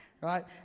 right